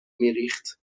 میریخت